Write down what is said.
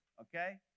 okay